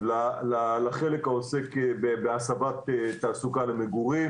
לחלק העוסק בהסבת תעסוקה למגורים,